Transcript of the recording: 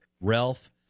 Ralph